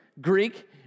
Greek